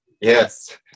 Yes